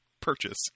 Purchase